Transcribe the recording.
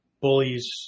bullies